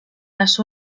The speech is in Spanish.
las